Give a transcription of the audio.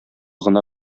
гына